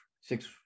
six